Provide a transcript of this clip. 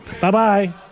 Bye-bye